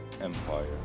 Empire